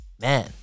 man